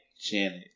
Janet